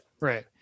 right